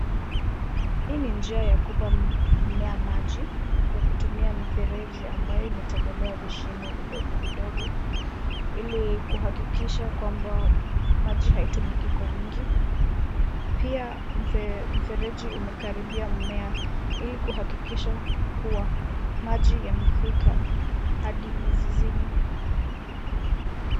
Hii ni njia ya kupa mimea maji kwa kutumia mifereji ambayo imetobolewa vishimo vidogo vidogo ili kuhakikisha kwamba maji haitumiki kwa wingi. Pia mfereji umekaribia mmea ili kuhakikisha kuwa maji imefika hadi mizizini.